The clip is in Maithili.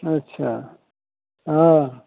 अच्छा हँ